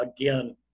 again